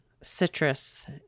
citrus